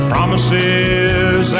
Promises